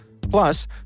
Plus